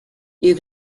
you